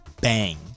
bang